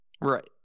Right